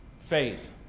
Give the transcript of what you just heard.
faith